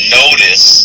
notice